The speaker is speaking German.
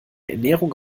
ernährung